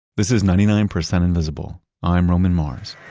this is ninety nine percent invisible. i'm roman mars